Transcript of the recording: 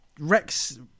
Rex